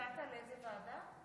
הצעת לאיזו ועדה?